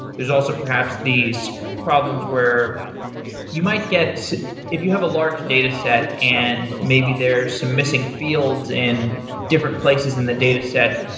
there's also, perhaps, these problems where you might if you have a large dataset and maybe there's some missing fields in different places in the dataset,